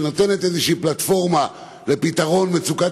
שנותנת איזו פלטפורמה לפתרון מצוקת